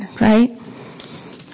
right